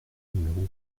numéro